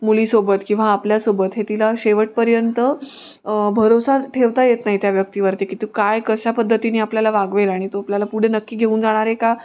मुलीसोबत किंवा आपल्यासोबत हे तिला शेवटपर्यंत भरोसाच ठेवता येत नाही त्या व्यक्तीवरती की तू काय कशा पद्धतीने आपल्याला वागवेल आणि तो आपल्याला पुढे नक्की घेऊन जाणार आहे का